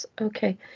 okay